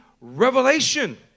revelation